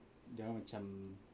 you know